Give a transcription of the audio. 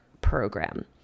program